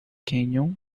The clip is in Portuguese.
canyon